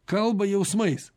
kalba jausmais